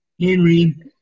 Henry